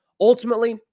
Ultimately